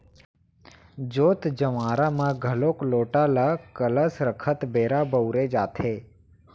जोत जँवारा म घलोक लोटा ल कलस रखत बेरा बउरे जाथे